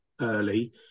early